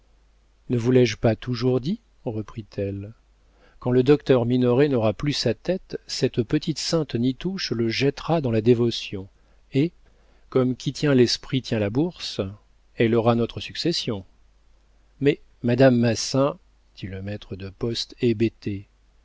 ne vous l'ai-je pas toujours dit reprit-elle quand le docteur minoret n'aura plus sa tête cette petite sainte-nitouche le jettera dans la dévotion et comme qui tient l'esprit tient la bourse elle aura notre succession mais madame massin dit le maître de poste